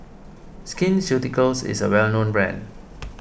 Skin Ceuticals is a well known brand